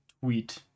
tweet